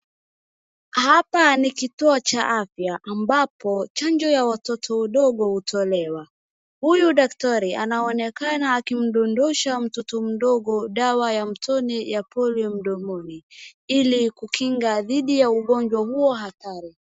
Hapa ni kituo cha afya ambapo chanjo ya watoto wadogo utolewa. Huyu daktari anaonekana akimdodosha mtoto mdogo dawa ya mtone ya Polio mdomoni ili kukinga dhidi ya ugonjwa huo hatari.